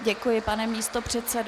Děkuji, pane místopředsedo.